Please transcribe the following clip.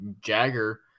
Jagger